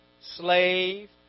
Slave